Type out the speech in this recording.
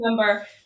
remember